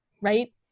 right